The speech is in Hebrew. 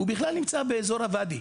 הוא בכלל נמצא באזור הוואדי,